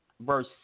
verse